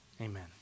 amen